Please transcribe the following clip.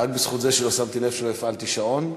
רק בזכות זה שלא שמתי לב שלא הפעלתי שעון.